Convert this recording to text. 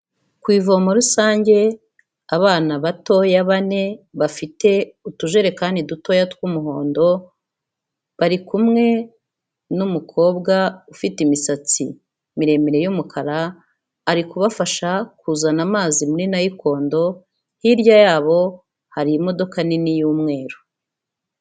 Ku ivomo rusange, abana batoya bane bafite utujerekani dutoya tw'umuhondo, bari kumwe n'umukobwa ufite imisatsi miremire y'umukara, ari kubafasha kuzana amazi muri nayikondo, hirya yabo hari imodoka nini y'umweru.